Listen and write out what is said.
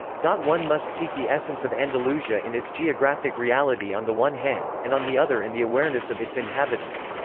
one must seek the essence of andalusia in its geographic reality on the one hand, and on the other in the awareness of its inhabitants.